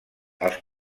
els